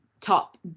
top